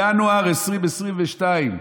ינואר 2022,